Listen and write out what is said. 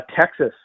Texas